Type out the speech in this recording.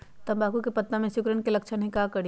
तम्बाकू के पत्ता में सिकुड़न के लक्षण हई का करी?